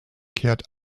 kehrt